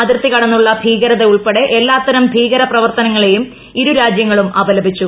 അതിർത്തി കടന്നുള്ള ഭീകരത ഉൾപ്പെടെ എല്ലാത്തരം ഭീകര പ്രവർത്തനങ്ങളെയും ഇരു രാജ്യങ്ങളും അപലപിച്ചു